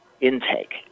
intake